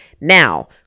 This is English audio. Now